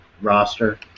roster